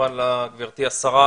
כמובן לגברתי השרה,